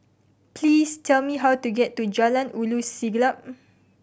please tell me how to get to Jalan Ulu Siglap